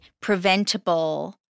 preventable